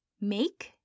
Make